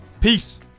Peace